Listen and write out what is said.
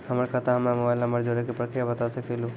हमर खाता हम्मे मोबाइल नंबर जोड़े के प्रक्रिया बता सकें लू?